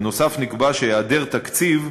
בנוסף, נקבע שהיעדר תקציב,